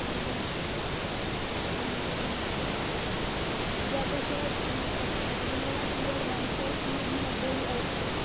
اہن حظ اہن حظ اہن حظ جَگہ چھِ اَتہِ أسۍ یِمَو وۄنۍ اور وَںۍ چھِ اَسہِ تُہنٛز مہربٲنی اگرتُہۍ